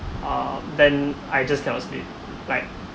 uh then I just fell asleep like